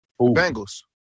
Bengals